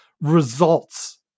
results